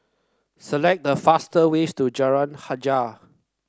select the fast ways to Jalan Hajijah